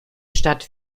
stadt